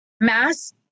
mass